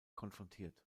konfrontiert